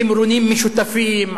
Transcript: תמרונים משותפים,